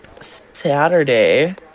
Saturday